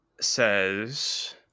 says